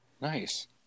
Nice